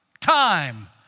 time